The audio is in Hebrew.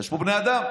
יש פה בני אדם.